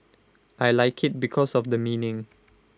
I Like IT because of the meaning